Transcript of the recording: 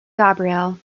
gabriel